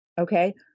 Okay